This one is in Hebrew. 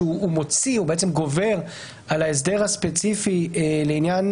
שהוא בעצם גובר על ההסדר הספציפי לעניין